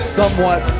somewhat